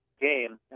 game